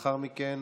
לאחר מכן